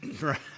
Right